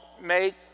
make